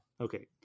Okay